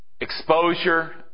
exposure